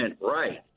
right